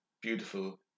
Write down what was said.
beautiful